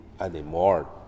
anymore